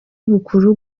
ibukuru